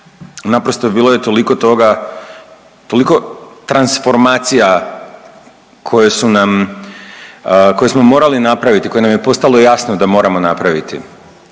je toliko toga, toliko transformacija koje su nam, koje smo morali napraviti i koje nam je postalo jasno da moramo napraviti